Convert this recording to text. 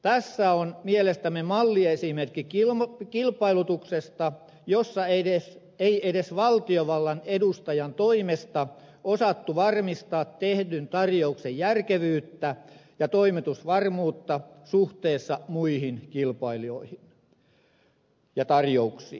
tässä on mielestämme malliesimerkki kilpailutuksesta jossa ei edes valtiovallan edustajan toimesta osattu varmistaa tehdyn tarjouksen järkevyyttä ja toimitusvarmuutta suhteessa muihin kilpailijoihin ja tarjouksiin